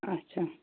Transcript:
اَچھا